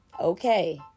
okay